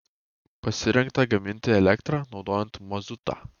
pasirengta gaminti elektrą naudojant mazutą